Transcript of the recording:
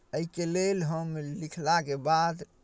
एहिके लेल हम लिखलाके बाद